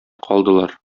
калдылар